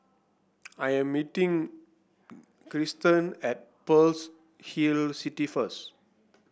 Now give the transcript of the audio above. I am meeting Cristen at Pearl's Hill City first